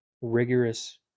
rigorous